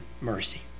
mercy